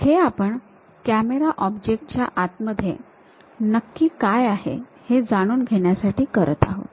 हे आपण camera object च्या आतमध्ये नक्की काय आहे हे जाणून घेण्यासाठी करत आहोत